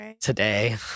today